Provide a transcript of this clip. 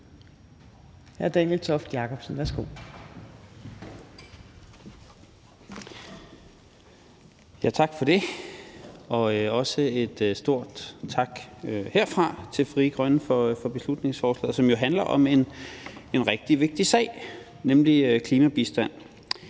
Tak for det, og også en stor tak herfra til Frie Grønne for beslutningsforslaget, som jo handler om en rigtig vigtig sag, nemlig klimabistand.